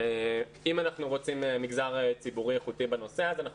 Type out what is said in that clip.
אם אנחנו רוצים מגזר ציבורי איכותי בנושא הזה,